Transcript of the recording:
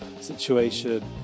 situation